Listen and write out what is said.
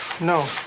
no